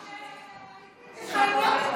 הכשלים,